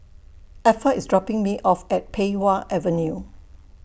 Effa IS dropping Me off At Pei Wah Avenue